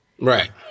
Right